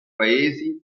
paesi